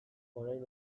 orain